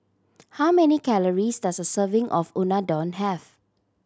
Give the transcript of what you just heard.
how many calories does a serving of Unadon have